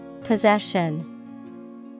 Possession